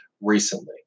recently